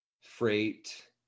freight